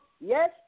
Yes